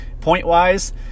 point-wise